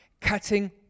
cutting